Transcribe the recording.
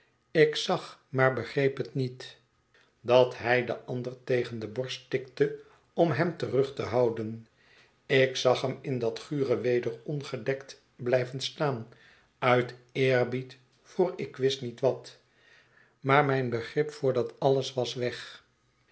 ik zag maar begreep het niet dat hij den ander tegen de borst tikte om hem terug te houden ik zag hem in dat gure weder ongedekt blijven staan uit eerbied voor ik wist niet wat maar mijn begrip voor dat alles was weg